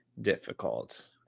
difficult